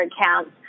accounts